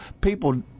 people